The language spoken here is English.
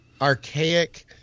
archaic